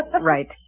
Right